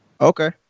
Okay